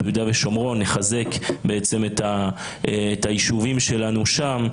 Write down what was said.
ביהודה ושומרון לחזק בעצם את היישובים שלנו שם,